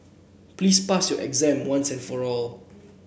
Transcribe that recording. please pass your exam once and for all